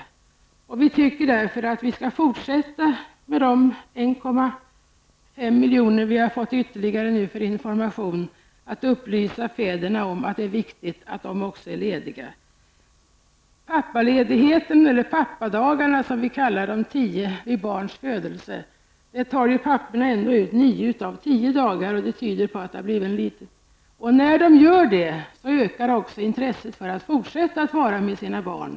Vi tycker att vi skall använda de 1,5 miljoner som vi ytterligare har fått för information till att upplysa fäderna om att det är viktigt att de också är lediga. Av pappaledigheten -- eller pappadagarna, som vi kallar de tio dagarna vid barns födelse -- tar ju papporna ändå ut nio av tio dagar. Det tyder på en liten förbättring. När de har gjort det ökar också intresset för dessa pappor att fortsätta att vara med sina barn.